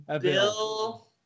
Bill